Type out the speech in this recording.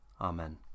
Amen